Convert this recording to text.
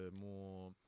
more